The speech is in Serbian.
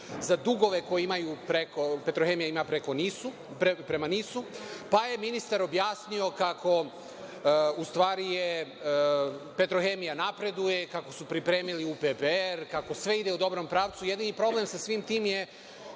za dugove koje imaju, „Petrohemija“ ima prema NIS-u, pa je ministar objasnio kako u stvari „Petrohemija“ napreduje kako su pripremili UPPR, kako sve ide u dobrom pravcu, jedini problem sa svim tim je